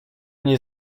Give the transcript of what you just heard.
nie